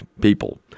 people